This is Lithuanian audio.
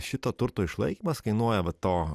šito turto išlaikymas kainuoja va to